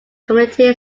community